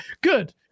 Good